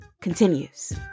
continues